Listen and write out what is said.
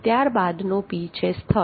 ત્યાર બાદનો P છે સ્થળ